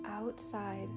outside